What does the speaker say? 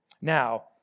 Now